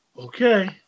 Okay